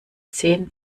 zehn